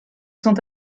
sont